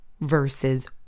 versus